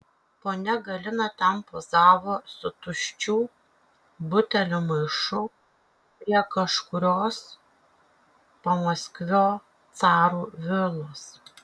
ponia galina ten pozavo su tuščių butelių maišu prie kažkurios pamaskvio carų vilos